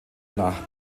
nach